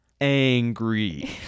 angry